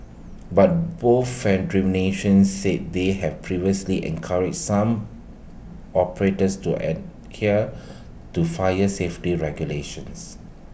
but both federations said they had previously encouraged some operators to adhere to fire safety regulations